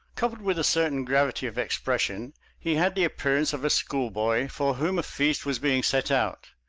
coupled with a certain gravity of expression he had the appearance of a schoolboy for whom a feast was being set out.